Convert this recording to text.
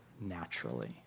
naturally